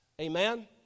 Amen